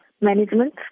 management